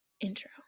intro